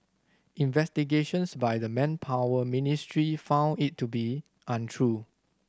investigations by the Manpower Ministry found it to be untrue